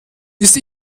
ist